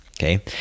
okay